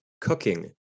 cooking